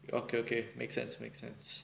okay okay make sense make sense